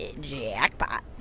jackpot